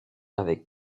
avec